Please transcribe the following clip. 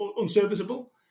unserviceable